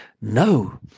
No